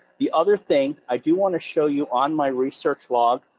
the other thing, i do want to show you on my research log,